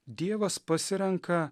dievas pasirenka